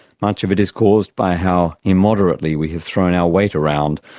much of it is caused by how immoderately we have thrown our weight around,